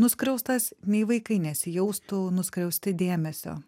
nuskriaustas nei vaikai nesijaustų nuskriausti dėmesio